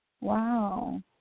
Wow